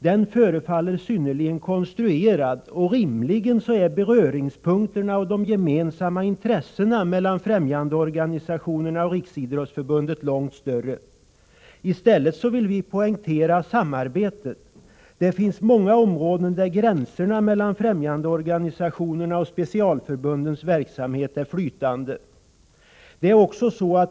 Den förefaller synnerligen konstruerad, och rimligen är beröringspunkterna och de gemensamma intressena mellan främjandeorganisationerna och Riksidrottsförbundet långt större. I stället bör vi poängtera samarbetet. Det finns många områden där gränserna mellan främjandeorganisationernas och specialförbundens verksamhet är flytande.